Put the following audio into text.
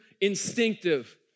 instinctive